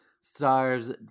Stars